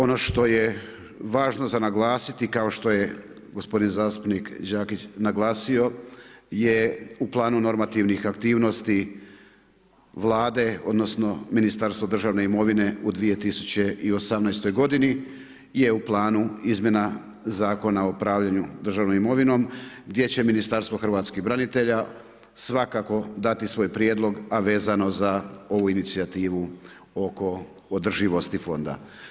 Ono što je važno za naglasiti kao što je gospodin zastupnik Đakić naglasio, je u planu normativnih aktivnosti Vlade odnosno Ministarstvo državne imovine u 2018. godini je u planu izmjena Zakona o upravljanju državnom imovinom gdje će Ministarstvo hrvatskih branitelja svakako dati svoj prijedlog, a vezano za ovu inicijativu oko održivosti fonda.